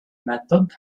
method